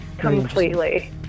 completely